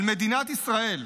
על מדינת ישראל.